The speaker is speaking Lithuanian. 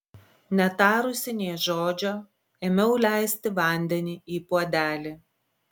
netarusi nė žodžio ėmiau leisti vandenį į puodelį